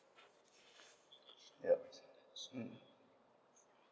yup mm